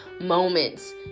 moments